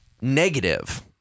negative